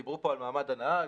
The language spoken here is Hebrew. דיברו פה על מעמד הנהג.